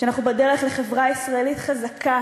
שאנחנו בדרך לחברה ישראלית חזקה,